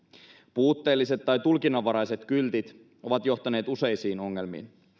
puutteelliset tai tulkinnanvaraiset kyltit ovat johtaneet useisiin ongelmiin